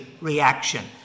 reaction